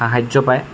সাহাৰ্য পায়